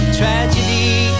tragedy